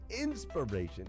inspiration